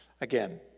Again